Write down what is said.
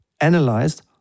analyzed